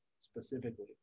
specifically